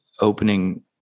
opening